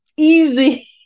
Easy